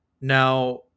Now